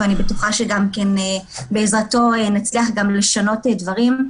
ואני בטוחה שבעזרתו נצליח גם לשנות דברים.